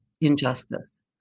injustice